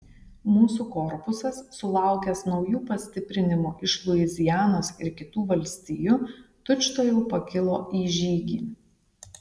mūsų korpusas sulaukęs naujų pastiprinimų iš luizianos ir kitų valstijų tučtuojau pakilo į žygį